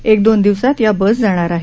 एक दोन दिवसात या बस जाणार आहेत